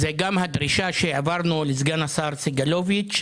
הדרישה שהעברנו לסגן השר סגלוביץ'